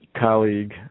colleague